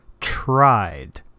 tried